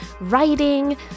writing